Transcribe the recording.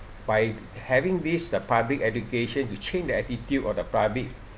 by having these public education to change the attitude of the public